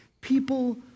people